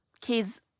kids